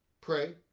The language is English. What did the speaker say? Pray